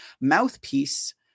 mouthpiece